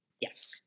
Yes